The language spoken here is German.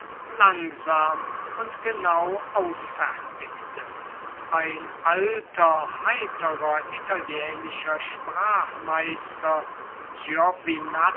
langsam und genau ausfertigte ein alter heiterer italienischer